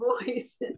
voice